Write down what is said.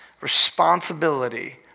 responsibility